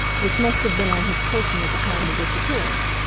which must have been on his person at the time of disappearance,